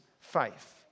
faith